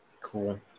Cool